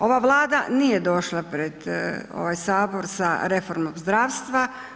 Ova Vlada nije došla pred ovaj Sabor sa reformom zdravstva.